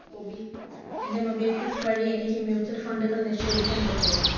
മൊബിക്വി എൻ്റെ മൊബിക്വിക്ക് വഴി എനിക്ക് മ്യൂച്വൽ ഫണ്ടുകൾ നിക്ഷേപിക്കാൻ പറ്റുമോ